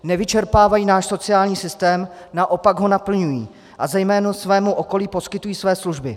Nevyčerpávají náš sociální systém, naopak ho naplňují a zejména svému okolí poskytují své služby.